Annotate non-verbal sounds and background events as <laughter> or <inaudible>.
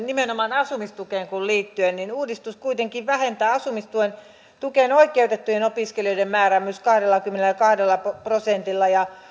<unintelligible> nimenomaan asumistukeen liittyen tämä uudistus kuitenkin vähentää asumistukeen oikeutettujen opiskelijoiden määrää kahdellakymmenelläkahdella prosentilla ja